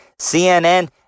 CNN